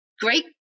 great